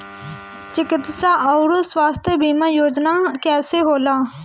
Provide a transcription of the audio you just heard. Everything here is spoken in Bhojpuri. चिकित्सा आऊर स्वास्थ्य बीमा योजना कैसे होला?